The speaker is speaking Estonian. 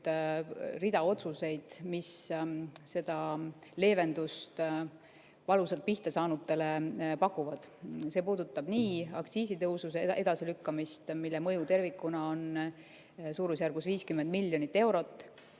rea otsuseid, mis seda leevendust valusalt pihtasaanutele pakuvad. See puudutab aktsiisitõusu edasilükkamist, mille mõju tervikuna on suurusjärgus 50 miljonit eurot.